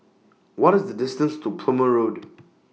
What IS The distance to Plumer Road